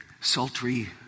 sultry